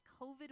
COVID